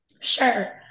Sure